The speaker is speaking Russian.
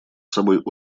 собой